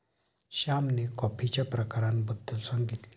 श्यामने कॉफीच्या प्रकारांबद्दल सांगितले